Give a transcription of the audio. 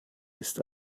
ist